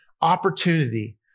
opportunity